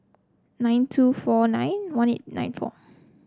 nine two four nine one eight nine four